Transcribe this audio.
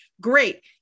Great